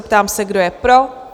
Ptám se, kdo je pro?